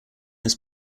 his